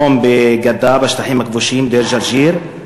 מקום בגדה, בשטחים הכבושים, דיר-ג'רג'יר,